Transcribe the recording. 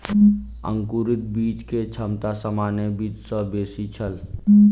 अंकुरित बीज के क्षमता सामान्य बीज सॅ बेसी छल